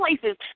places